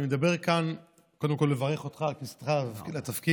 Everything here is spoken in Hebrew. מדבר כאן קודם כול כדי לברך אותך על כניסתך לתפקיד.